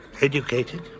educated